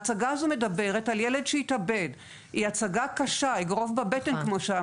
שום סיבה לבושה.